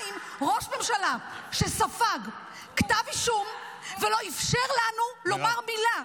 2. ראש ממשלה שספג כתב אישום ולא אפשר לנו לומר מילה,